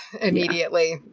immediately